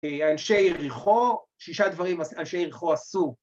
‫האנשי עירכו, שישה דברים ‫האנשי עירכו עשו.